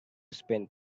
spend